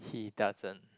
he doesn't